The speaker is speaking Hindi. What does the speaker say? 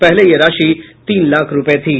पहले यह राशि तीन लाख रूपये थी